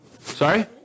Sorry